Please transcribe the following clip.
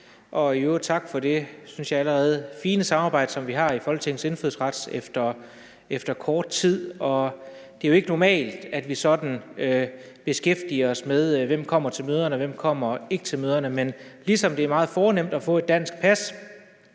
I øvrigt tak for det, synes jeg, allerede fine samarbejde, som vi har i Folketingets Indfødsretsudvalg efter kort tid. Det er jo ikke normalt, at vi sådan beskæftiger os med, hvem der kommer til møderne, og hvem der ikke kommer til møderne, men ligesom det er meget fornemt at få et dansk pas,